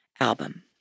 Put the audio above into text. album